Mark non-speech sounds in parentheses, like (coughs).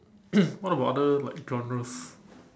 (coughs) what about other like genres